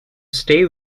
stay